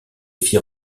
fit